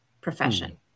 profession